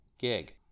gig